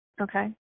Okay